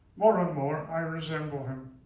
more and more, i resemble him.